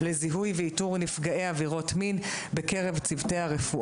לשינוי מדיניות ביחס לפגיעה מינית בתקופת הילדות.